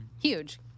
Huge